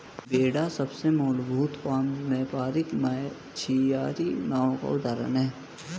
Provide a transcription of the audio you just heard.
बेड़ा सबसे मूलभूत पारम्परिक मछियारी नाव का उदाहरण है